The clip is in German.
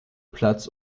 platz